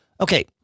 Okay